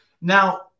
Now